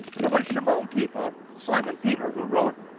it was shimon kefa, simon peter who wrote,